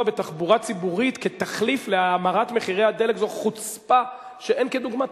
בתחבורה ציבורית כתחליף להאמרת מחירי הדלק זו חוצפה שאין כדוגמתה.